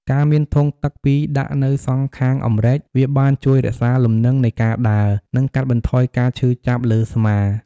ការមានធុងទឹកពីរដាក់នៅសងខាងអម្រែកវាបានជួយរក្សាលំនឹងនៃការដើរ និងកាត់បន្ថយការឈឺចាប់លើស្មា។